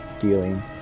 Dealing